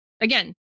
again